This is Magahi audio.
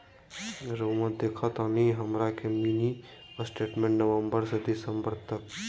रहुआ देखतानी हमरा के मिनी स्टेटमेंट नवंबर से दिसंबर तक?